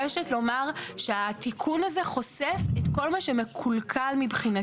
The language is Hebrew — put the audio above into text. מבקשת לומר שהתיקון הה חושף את כל מה שמקולקל מבחינתנו.